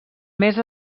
més